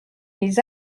les